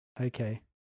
Okay